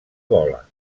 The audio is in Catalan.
bola